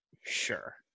Sure